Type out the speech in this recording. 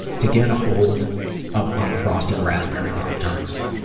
to get a hold of unfrosted raspberry pop tarts?